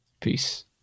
Peace